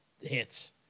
hits